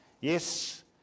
Yes